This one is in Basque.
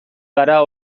gara